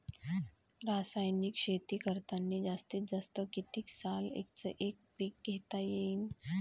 रासायनिक शेती करतांनी जास्तीत जास्त कितीक साल एकच एक पीक घेता येईन?